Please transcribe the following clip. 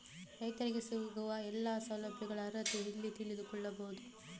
ರೈತರಿಗೆ ಸಿಗುವ ಎಲ್ಲಾ ಸೌಲಭ್ಯಗಳ ಅರ್ಹತೆ ಎಲ್ಲಿ ತಿಳಿದುಕೊಳ್ಳಬಹುದು?